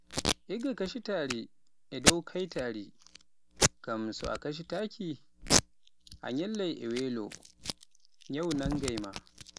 Igga kacitaari e kaytaari, ngam so a kacitaaki a nyallai e welo, nyawu nangai ma.